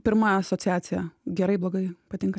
pirma asociacija gerai blogai patinka